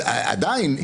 עדיין,